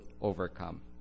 overcome